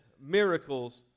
miracles